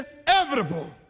inevitable